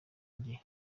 jye